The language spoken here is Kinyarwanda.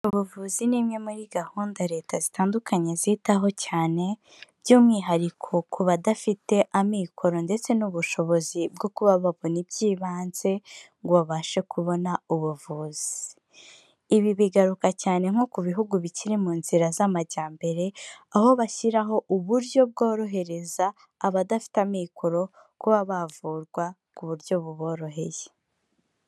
Ubuvuzi ni imwe muri gahunda leta zitandukanye zitaho cyane, by'umwihariko ku badafite amikoro ndetse n'ubushobozi bwo kuba babona iby'ibanze ngo babashe kubona ubuvuzi. Ibi bigaruka cyane nko ku bihugu bikiri mu nzira z'amajyambere, aho bashyiraho uburyo bworohereza abadafite amikoro kuba bavurwa ku buryo buboroheye.